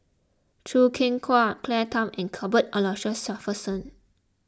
Choo Keng Kwang Claire Tham and Cuthbert Aloysius Shepherdson